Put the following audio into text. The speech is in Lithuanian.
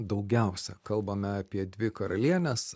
daugiausia kalbame apie dvi karalienes